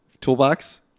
Toolbox